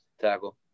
Tackle